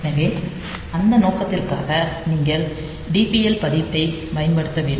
எனவே அந்த நோக்கத்திற்காக நீங்கள் டிபிஎல் பதிவைப் பயன்படுத்த வேண்டும்